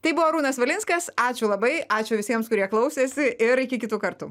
tai buvo arūnas valinskas ačiū labai ačiū visiems kurie klausėsi ir iki kitų kartų